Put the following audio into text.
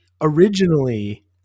originally